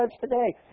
today